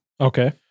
Okay